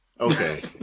Okay